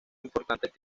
importantes